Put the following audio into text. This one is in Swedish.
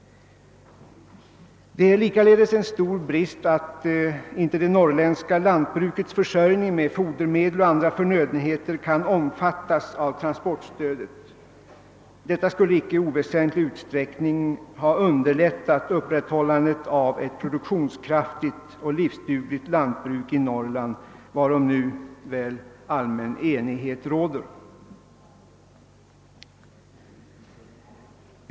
Det är likaledes en stor brist att inte det norrländska lantbrukets försörjning med fodermedel och andra förnödenheter kan omfattas av transportstödet. Detta skulle i inte oväsentlig utsträckning ha underlättat upprätthållandet av ett produktionskraftigt och livsdugligt lantbruk i Norrland.